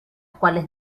cuales